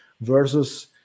versus